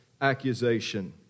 accusation